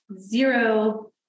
zero